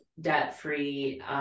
debt-free